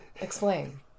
Explain